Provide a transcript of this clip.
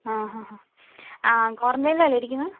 ആ ക്വാറൻ്റയിനിലല്ലേ ഇരിക്കുന്നത്